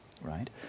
right